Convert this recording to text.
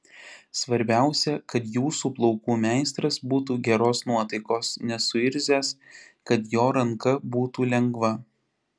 svarbiausia kad jūsų plaukų meistras būtų geros nuotaikos nesuirzęs kad jo ranka būtų lengva